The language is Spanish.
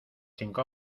cinco